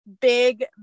big